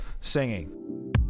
singing